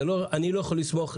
אני לא יכול לסמוך,